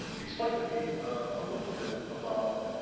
explain to me a little bit about,